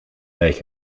make